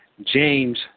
James